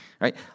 right